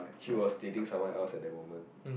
she was dating someone else at that moment